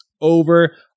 over